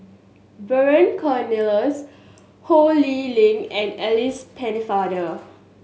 Vernon Cornelius Ho Lee Ling and Alice Pennefather